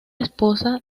esposa